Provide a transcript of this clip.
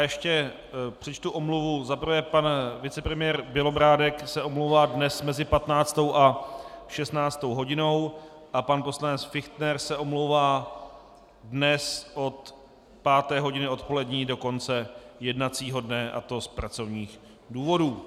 Ještě přečtu omluvu, za prvé pan vicepremiér Bělobrádek se omlouvá dnes mezi 15. a 16. hodinou a pan poslanec Fichtner se omlouvá dnes od páté hodiny odpolední do konce jednacího dne, a to z pracovních důvodů.